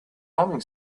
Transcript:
humming